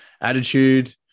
Attitude